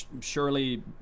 surely